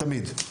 תמיד.